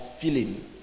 feeling